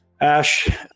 Ash